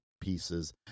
pieces